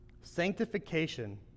Sanctification